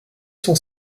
son